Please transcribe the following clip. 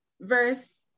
verse